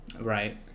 Right